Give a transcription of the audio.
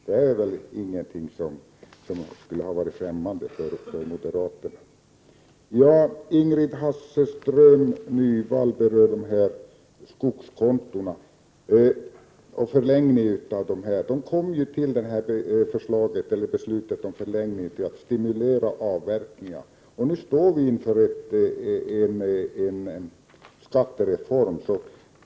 Det är väl ingenting som skulle ha varit främmande för moderaterna. Ingrid Hasselström Nyvall berörde förlängningen av skogskontona. De kom till beslutet om förlängning för att stimulera avverkningen. Nu står vi inför en skattereform.